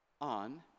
on